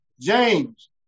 James